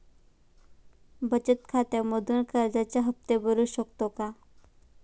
बचत खात्यामधून कर्जाचे हफ्ते भरू शकतो का?